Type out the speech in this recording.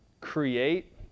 create